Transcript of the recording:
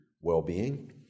well-being